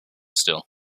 still